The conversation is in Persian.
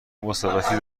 مسافرتی